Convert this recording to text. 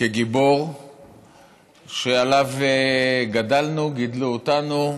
כגיבור שעליו גדלנו, גידלו אותנו,